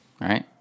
Right